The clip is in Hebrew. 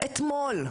אתמול.